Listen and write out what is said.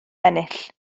ennill